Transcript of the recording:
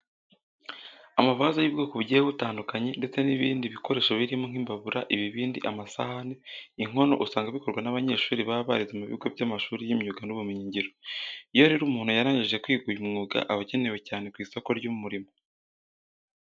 Amavaze y'ubwoko bugiye butandukanye ndetse n'ibindi bikoresho birimo nk'imbabura, ibibindi, amasahane, inkono usanga bikorwa n'abanyeshuri baba barize mu bigo by'amashuri y'imyuga n'ubumenyingiro. Iyo rero umuntu yarangije kwiga uyu mwuga aba akenewe cyane ku isoko ry'umurimo.